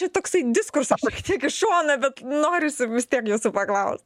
čia toksai diskursas šiek tiek į šoną bet norisi vis tiek jūsų paklaus